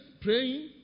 praying